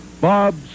bob